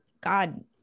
God